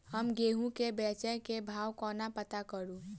हम गेंहूँ केँ बेचै केँ भाव कोना पत्ता करू?